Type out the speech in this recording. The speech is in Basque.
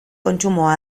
kontsumoa